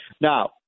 Now